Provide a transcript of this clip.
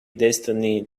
destiny